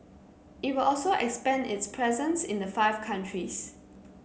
it will also expand its presence in the five countries